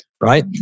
right